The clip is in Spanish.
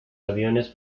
aviones